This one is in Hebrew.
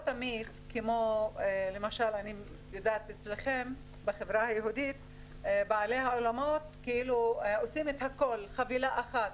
אני יודעת שבחברה היהודית בעלי האולמות עושים הכול כחבילה אחת,